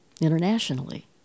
internationally